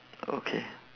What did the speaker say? okay